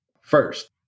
first